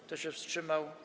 Kto się wstrzymał?